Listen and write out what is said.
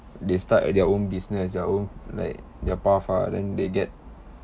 they start uh their own business their own like their path ah then they get